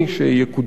שיקודם,